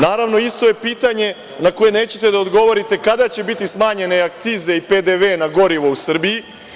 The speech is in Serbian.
Naravno, isto je pitanje na koje nećete da odgovorite, kada će biti smanjene akcize i PDV na gorivo u Srbiji?